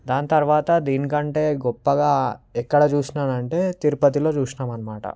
దాని తరువాత దీని కంటే గొప్పగా ఎక్కడ చూసానంటే తిరుపతిలో చూసాము అన్నమాట